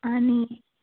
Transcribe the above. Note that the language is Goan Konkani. आनी